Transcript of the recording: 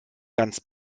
ganz